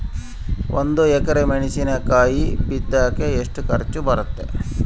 ಒಂದು ಎಕರೆ ಮೆಣಸಿನಕಾಯಿ ಬಿತ್ತಾಕ ಎಷ್ಟು ಖರ್ಚು ಬರುತ್ತೆ?